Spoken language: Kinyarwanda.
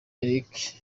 eric